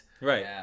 Right